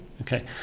Okay